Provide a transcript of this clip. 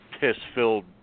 piss-filled